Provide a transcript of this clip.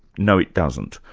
no, it doesn't,